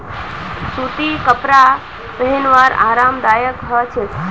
सूतीर कपरा पिहनवार आरामदायक ह छेक